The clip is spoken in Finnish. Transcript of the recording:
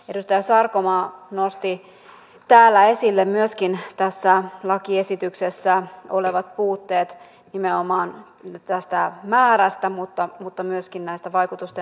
edustaja sarkomaa nosti täällä myöskin esille tässä lakiesityksessä olevat puutteet nimenomaan tästä määrästä mutta myöskin näistä vaikutusten arvioinnista